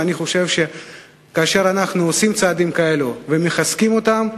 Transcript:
ואני חושב שכאשר אנחנו עושים צעדים כאלה ומחזקים אותם,